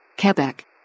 Quebec